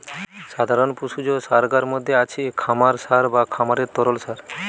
সাধারণ পশুজ সারগার মধ্যে আছে খামার সার বা খামারের তরল সার